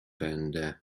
będę